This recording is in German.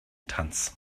tanz